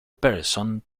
person